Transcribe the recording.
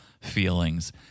feelings